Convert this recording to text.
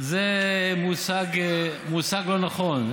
מה זה, זה מושג לא נכון.